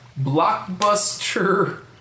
blockbuster